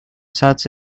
such